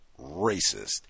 racist